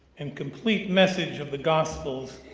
and complete message of the gospels,